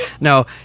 No